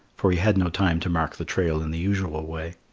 for he had no time to mark the trail in the usual way.